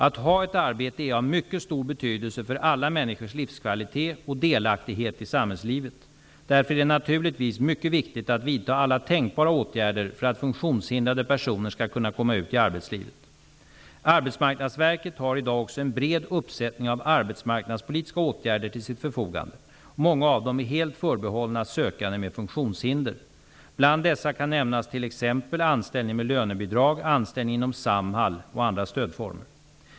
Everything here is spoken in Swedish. Att ha ett arbete är av mycket stor betydelse för alla människors livskvalitet och delaktighet i samhällslivet. Därför är det naturligtvis mycket viktigt att vidta alla tänkbara åtgärder för att funktionshindrade personer skall kunna komma ut i arbetslivet. Arbetsmarknadsverket har i dag också en bred uppsättning av arbetsmarknadspolitiska åtgärder till sitt förfogande. Många av dem är helt förbehållna sökande med funktionshinder. Bland dessa kan nämnas t.ex. anställning med lönebidrag, anställning inom Samhall och andra stödformer.